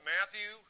Matthew